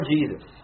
Jesus